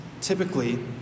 typically